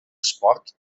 esport